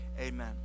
Amen